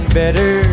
better